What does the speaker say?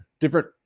different